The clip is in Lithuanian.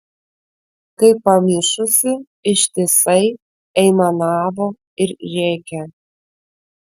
kaip pamišusi ištisai aimanavo ir rėkė